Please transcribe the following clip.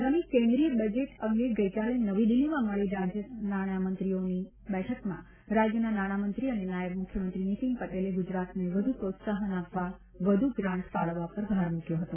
આગામી કેન્દ્રીય બજેટ અંગે ગઇકાલે નવી દિલ્હીમાં મળેલી રાજ્યના નાણામંત્રીઓની બેઠકમાં રાજ્યના નાણામંત્રી અને નાયબ મુખ્યમંત્રી નીતિન પટેલે ગુજરાતને વધુ પ્રોત્સાહન આપવા વધુ ગ્રાન્ટ ફાળવવા પર ભાર મ્રક્યો હતો